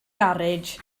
garej